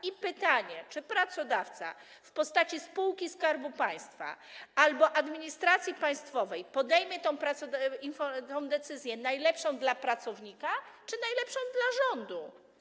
I pytanie: Czy pracodawca w postaci spółki Skarbu Państwa albo administracji państwowej podejmie decyzję najlepszą dla pracownika czy najlepszą dla rządu?